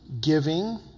giving